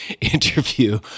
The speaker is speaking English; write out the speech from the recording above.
interview